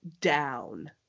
down